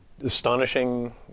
astonishing